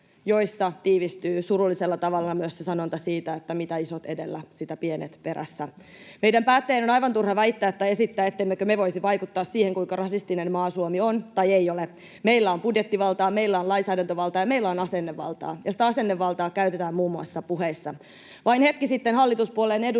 joissa tiivistyy surullisella tavalla myös sanonta siitä, että mitä isot edellä, sitä pienet perässä. Meidän päättäjien on aivan turha väittää tai esittää, ettemmekö me voisi vaikuttaa siihen, kuinka rasistinen maa Suomi on tai ei ole. Meillä on budjettivaltaa, meillä on lainsäädäntövaltaa, ja meillä on asennevaltaa, ja sitä asennevaltaa käytetään muun muassa puheissa. Vain hetki sitten hallituspuolueen edustaja